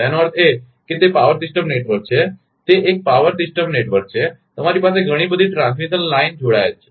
તેનો અર્થ એ કે તે પાવર સિસ્ટમ નેટવર્ક છે તે એક પાવર સિસ્ટમ નેટવર્ક છે તમારી પાસે ઘણી બધી ટ્રાન્સમિશન લાઇન જોડાયેલ છે